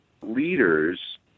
leaders